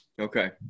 Okay